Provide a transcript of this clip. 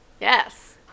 Yes